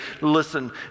listen